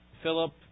Philip